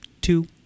Two